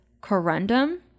corundum